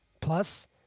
plus